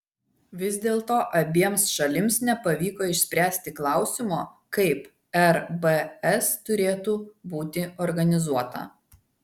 vis dėlto abiems šalims nepavyko išspręsti klausimo kaip rbs turėtų būti organizuota